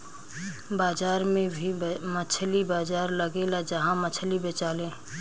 बाजार में भी मछली बाजार लगेला जहा मछली बेचाले